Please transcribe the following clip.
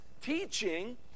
teaching